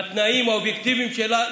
בתנאים האובייקטיביים שלה,